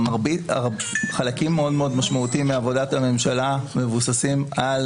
חלקים מאוד משמעותיים מעבודת הממשלה מבוססים על